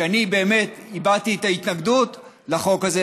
אני באמת הבעתי את ההתנגדות לחוק הזה.